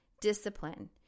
discipline